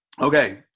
Okay